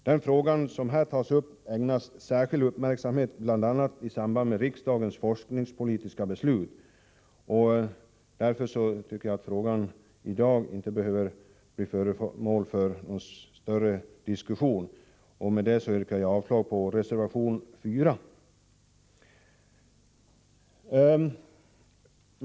Den fråga som här tas upp ägnades särskild uppmärksamhet bl.a. i samband med riksdagens forskningspolitiska beslut. Därför anser jag att frågan i dag inte behöver bli föremål för någon större diskussion. Jag yrkar avslag på reservation 4.